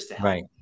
Right